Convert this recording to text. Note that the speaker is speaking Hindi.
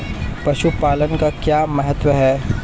पशुपालन का क्या महत्व है?